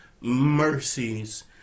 mercies